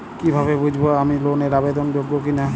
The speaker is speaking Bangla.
কীভাবে বুঝব আমি লোন এর আবেদন যোগ্য কিনা?